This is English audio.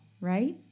right